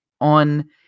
on